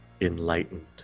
enlightened